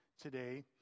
today